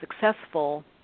successful